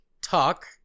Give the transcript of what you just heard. talk